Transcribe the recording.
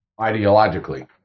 ideologically